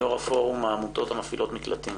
יושבת ראש פורום העמותות המפעילות מקלטים.